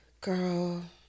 Girl